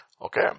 Okay